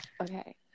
Okay